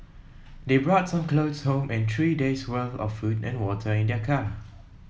they brought some clothes home and three days' worth of food and water in their car